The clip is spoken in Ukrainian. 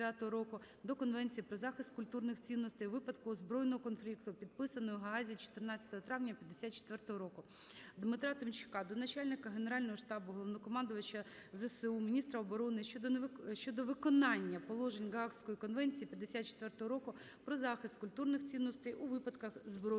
до Конвенції про захист культурних цінностей у випадку збройного конфлікту, підписаної у Гаазі 14 травня 54-го року. Дмитра Тимчука до начальника Генерального штабу - Головнокомандувача ЗСУ, міністра оборони щодо виконання положень Гаазької Конвенції (54-го року) про захист культурних цінностей у випадку збройного конфлікту.